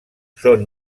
són